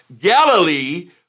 Galilee